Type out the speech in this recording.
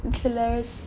and killers